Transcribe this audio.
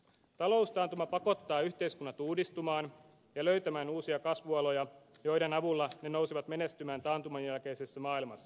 taloustaantuma pakottaa yhteiskunnat uudistumaan ja löytämään uusia kasvualoja joiden avulla ne nousevat menestymään taantuman jälkeisessä maailmassa